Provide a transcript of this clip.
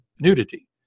nudity